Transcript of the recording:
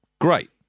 great